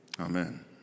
Amen